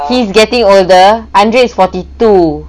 he's getting older andre is forty two